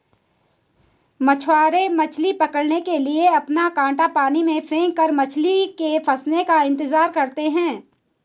मछुआरे मछली पकड़ने के लिए अपना कांटा पानी में फेंककर मछली के फंसने का इंतजार करते है